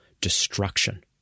destruction